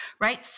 right